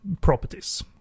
properties